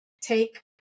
take